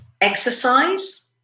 exercise